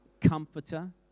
comforter